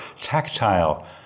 tactile